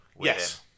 yes